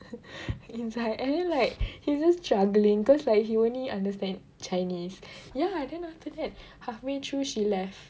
inside and then like he's just struggling cause like he only understand chinese ya then after that halfway through she left